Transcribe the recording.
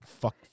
fuck